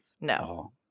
no